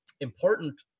important